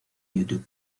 youtube